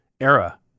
era